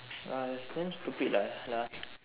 uh it's damn stupid lah ya